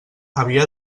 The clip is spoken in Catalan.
havia